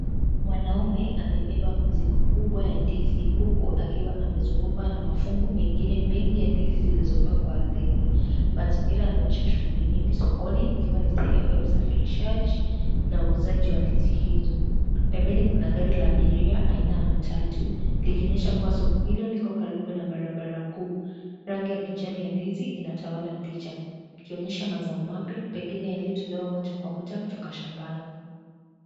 Mwanamume amebeba mzigo kubwa wa ndizi huku akiwa amezungukwa na mafungu mengine mengi ya ndizi zilizopangwa ardhini. Mazingira yanaonyesha shughuli nyingi sokoni ikiwa ni sehemu ya usafirishaji na uuzaji wa ndizi hizo. Pembeni kuna gari la abiria aina ya matatu likionyesha kuwa soko hilo liko karibu na barabara kuu. Rangi ya kijani ya ndizi inatawala picha ikionyesha mazao mapya pengine yaliyotolewa moja kwa moja kutoka shambani.